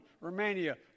Romania